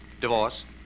Divorced